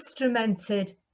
instrumented